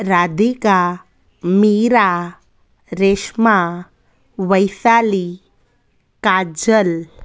Radhika Meera Reshma Vaishali Kajal